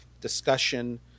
discussion